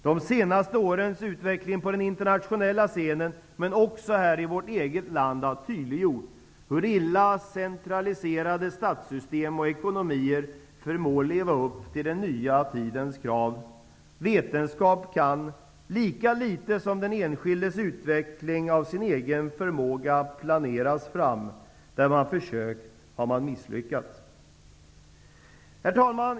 De senaste årens utveckling på den internationella scenen, men också här i vårt eget land, har tydliggjort hur illa centraliserade statssytem och ekonomier förmår leva upp till den nya tidens krav. Vetenskap kan, lika litet som den enskildes utveckling av sin egen förmåga, planeras fram. Där man har försökt har man misslyckats. Herr talman!